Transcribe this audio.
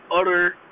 utter